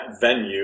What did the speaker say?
venue